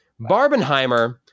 Barbenheimer